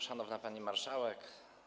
Szanowna Pani Marszałek!